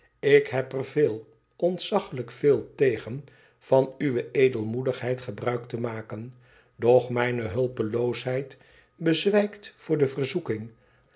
tik heb er veel ontzaglijk veel tegen van uwe edelmoedigheid gebruik te maken doch mijne hulpeloosheid bezwijkt voor de verzoeking